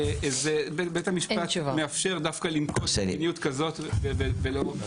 בית המשפט מאפשר דווקא לנקוט מדיניות כזאת ולא אחרת.